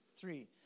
three